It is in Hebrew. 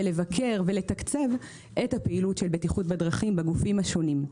לבקר ולתקצב את הפעילות של בטיחות בדרכים בגופים השונים.